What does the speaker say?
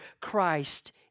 Christ